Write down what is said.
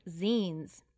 zines